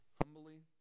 humbly